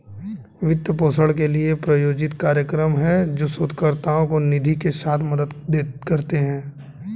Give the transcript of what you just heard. वित्त पोषण के लिए, प्रायोजित कार्यक्रम हैं, जो शोधकर्ताओं को निधि के साथ मदद करते हैं